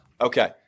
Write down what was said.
Okay